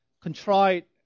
contrite